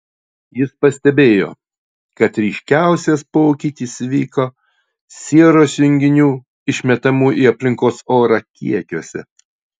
jis pastebėjo kad ryškiausias pokytis įvyko sieros junginių išmetamų į aplinkos orą kiekiuose